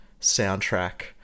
soundtrack